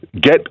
Get